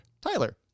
Tyler